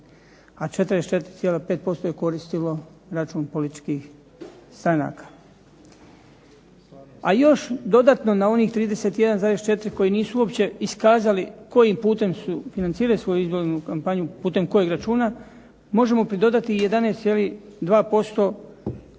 a 44,5% je koristilo račun političkih stranaka. A još dodatno na onih 31,4 koji nisu uopće iskazali kojim putem financiraju svoju izbornu kampanju, putem kojeg računa, možemo pridodati i 11,2%